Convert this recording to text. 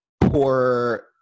poor